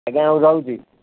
ଆଜ୍ଞା ହଉ ରହୁଛି